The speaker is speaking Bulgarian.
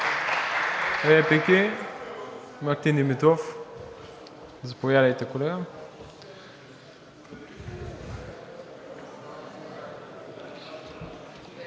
реплики? Мартин Димитров – заповядайте, колега.